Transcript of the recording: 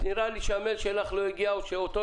נראה לי שהמייל שלך לא הגיע או שאותו